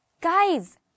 Guys